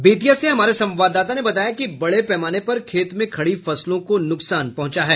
बेतिया से हमारे संवाददाता ने बताया कि बड़े पैमाने पर खेत में खड़ी फसलों को नुकसान पहुंचा है